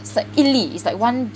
it's like 一粒 it's like one